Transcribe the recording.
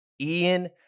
Ian